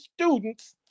students